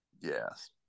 yes